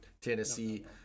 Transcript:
Tennessee